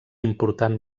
important